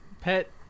pet